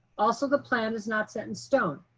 also, the plan is not set in stone.